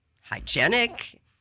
hygienic